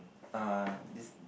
err this